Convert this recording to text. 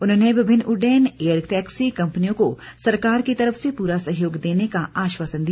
उन्होंने विभिन्न उड्डयन एयर टैक्सी कम्पनियों को सरकार की तरफ से पूरा सहयोग देने का आश्वासन दिया